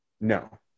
No